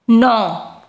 ਨੌ